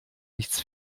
nichts